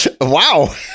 wow